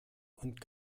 und